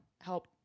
help